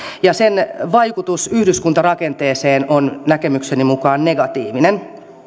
ja sen vaikutus yhdyskuntarakenteeseen on näkemykseni mukaan negatiivinen